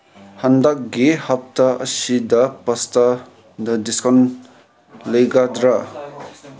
ꯍꯟꯗꯛꯒꯤ ꯍꯞꯇꯥ ꯑꯁꯤꯗ ꯄꯥꯁꯇꯥꯗ ꯗꯤꯁꯀꯥꯎꯟ ꯂꯩꯒꯗ꯭ꯔꯥ